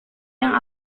yang